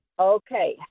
Okay